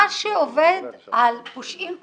מה שעובד על פושעים קונבנציונליים,